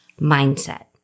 mindset